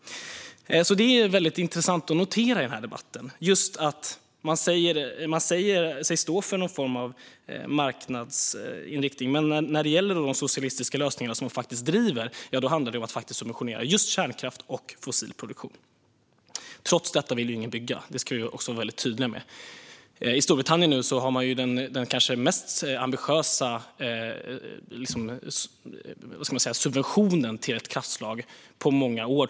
Det är väldigt intressant att notera i debatten att man säger sig stå för någon form av marknadsinriktning. Men när det gäller de socialistiska lösningar som man driver handlar det om att subventionera just kärnkraft och fossil produktion. Trots detta vill ingen bygga. Det ska vi vara väldigt tydliga med. I Storbritannien har man nu den kanske mest ambitiösa subventionen till ett kraftslag på många år.